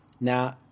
Now